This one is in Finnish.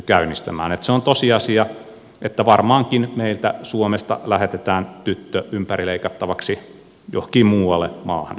se on tosiasia että varmaankin meiltä suomesta lähetetään tyttö ympärileikattavaksi johonkin muuhun maahan